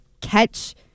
catch